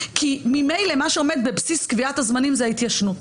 כי ממילא מה שעומד בבסיס קביעת הזמנים זה ההתיישנות.